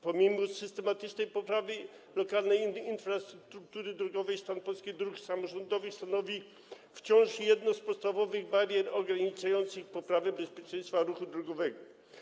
Pomimo systematycznej poprawy lokalnej infrastruktury drogowej stan polskich dróg samorządowych stanowi wciąż jedną z podstawowych barier ograniczających poprawę bezpieczeństwa ruchu drogowego.